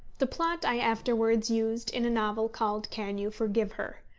the plot i afterwards used in a novel called can you forgive her?